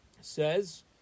says